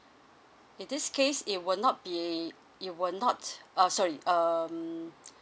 in this case it will not be it will not uh sorry um